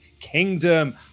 Kingdom